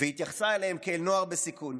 והתייחסה אליהם כאל נוער בסיכון.